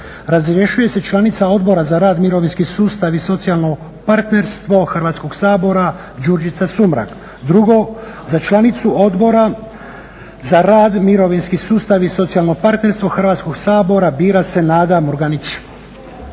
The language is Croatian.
razrješuje se članica Odbora za rad, mirovinski sustav i socijalno partnerstvo Hrvatskog sabora Đurđica Sumrak. Drugo, za članicu Odbora za rad, mirovinski sustav i socijalno partnerstvo Hrvatskog sabora bira se Nada Murganić.